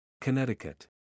Connecticut